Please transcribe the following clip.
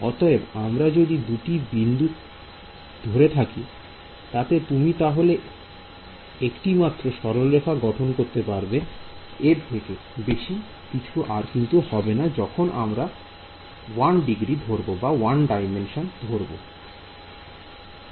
অতএব তোমার যদি দুটি বিন্দু থাকে তুমি তাহলে একটি মাত্র সরলরেখা গঠন করতে পারবে এর থেকে বেশি কিছু না যা হলো 1 D